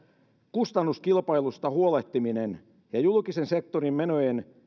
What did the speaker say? kustannuskilpailusta huolehtiminen ja julkisen sektorin menojen